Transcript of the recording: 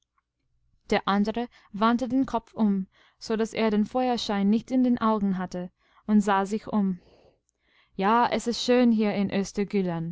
der andere wandte den kopf um so daß er den feuerschein nicht in den augenhatte undsahsichum ja es ist schön hier in